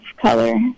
color